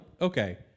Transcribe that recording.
okay